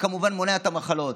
וכמובן מונע את המחלות.